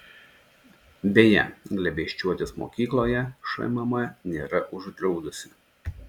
beje glėbesčiuotis mokykloje šmm nėra uždraudusi